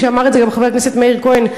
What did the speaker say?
ואמר את זה גם חבר הכנסת מאיר כהן,